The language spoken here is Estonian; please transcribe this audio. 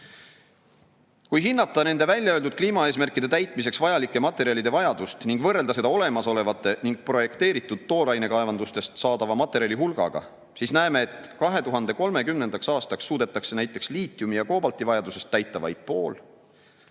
Kui hinnata nende väljaöeldud kliimaeesmärkide täitmiseks vajalike materjalide vajadust ning võrrelda seda olemasolevate ja projekteeritud toorainekaevandustest saadava materjali hulgaga, siis näeme, et 2030. aastaks suudetakse näiteks liitiumi‑ ja koobaltivajadusest täita vaid pool,